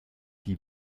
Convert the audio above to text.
die